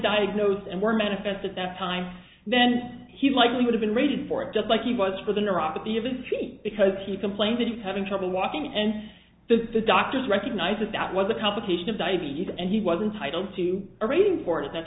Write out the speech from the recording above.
diagnosed and were manifest at that time then he likely would have been rated for it just like he was for the neuropathy even because he complained that he's having trouble walking and the doctors recognize that that was a complication of diabetes and he was entitle to orating for that t